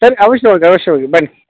ಸರಿ ಅವಶ್ಯವಾಗಿ ಅವಶ್ಯವಾಗಿ ಬನ್ನಿ